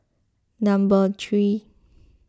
number three